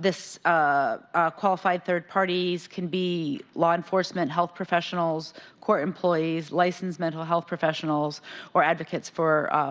this ah qualified third party can be law enforcement health professionals court employees licensed mental health professionals or advocates for